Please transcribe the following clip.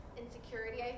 insecurity